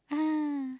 ah